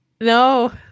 No